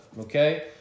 okay